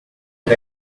and